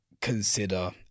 consider